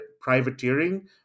privateering